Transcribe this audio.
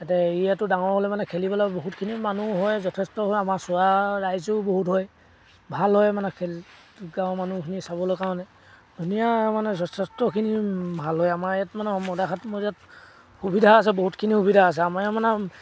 তাতে এৰিয়াটো ডাঙৰ হ'লে মানে খেলিবলৈ বহুতখিনি মানুহ হয় যথেষ্ট হয় আমাৰ চোৱা ৰাইজেও বহুত হয় ভাল হয় মানে খেল গাঁৱৰ মানুহখিনি চাবলৈ কাৰণে ধুনীয়া মানে যথেষ্টখিনি ভাল হয় আমাৰ ইয়াত মানে মদাৰখাট মৌজাত সুবিধা আছে বহুতখিনি সুবিধা আছে আমাৰ ইয়াত মানে